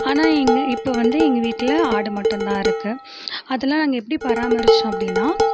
ஆனால் இப்போ வந்து எங்கள் வீட்டில் ஆடு மட்டும் தான் இருக்குது அதெலாம் நாங்கள் எப்படி பராமரித்தோம் அப்படினா